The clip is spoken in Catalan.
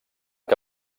que